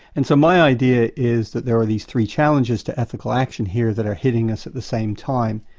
and so my idea is that there are these three challenges to ethical action here that are hitting us at the same time